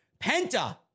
penta